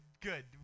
good